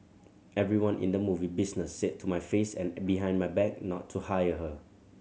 everyone in the movie business said to my face and behind my back not to hire her